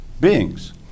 beings